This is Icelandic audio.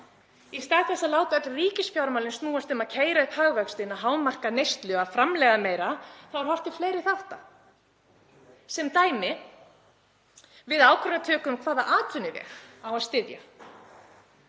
Í stað þess að láta öll ríkisfjármálin snúast um að keyra upp hagvöxtinn, að hámarka neyslu, að framleiða meira þá er horft til fleiri þátta. Sem dæmi: Við ákvarðanatöku um hvaða atvinnuvegi á að styðja